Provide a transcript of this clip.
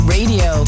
Radio